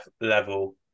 level